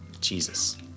Jesus